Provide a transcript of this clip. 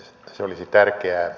se olisi tärkeää